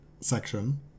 section